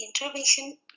intervention